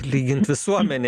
lygint visuomenę